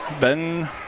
Ben